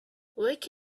wake